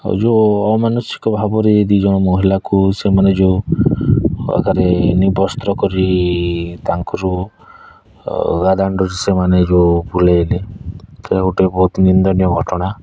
ଆଉ ଯେଉଁ ଅମାନସିକ ଭାବରେ ଦୁଇ ଜଣ ମହିଳାକୁ ସେମାନେ ଯେଉଁ ଆଗରେ ନିବସ୍ତ୍ର କରି ତାଙ୍କରୁ ଦାଣ୍ଡରେ ଯେଉଁ ବୁଲେଇଲେ ସେଟା ଗୋଟେ ବହୁତ ନିନ୍ଦନୀୟ ଘଟଣା